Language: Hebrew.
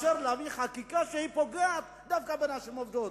לבין להביא חקיקה שפוגעת דווקא בנשים עובדות.